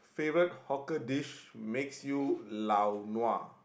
favourite hawker dish makes you lao nua